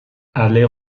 aller